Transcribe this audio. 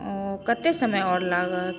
कते समय आओर लागत